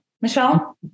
Michelle